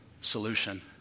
solution